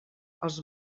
els